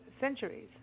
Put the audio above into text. centuries